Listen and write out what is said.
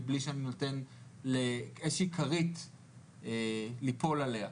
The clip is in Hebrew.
בלי שאני נותן להם איזושהי כרית ליפול עליה.